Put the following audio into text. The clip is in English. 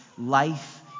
Life